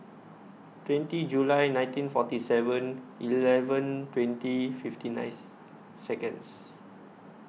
twenty July nineteen forty Seven Eleven twenty fifty ninth Seconds